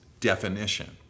definition